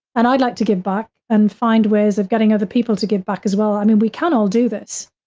and i'd like to give back and find ways of getting other people to give back as well. i mean, we can all do this.